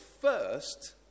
first